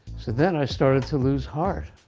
so then i started to lose heart.